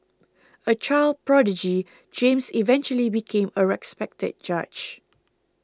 a child prodigy James eventually became a respected judge